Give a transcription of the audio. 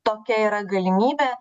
tokia yra galimybė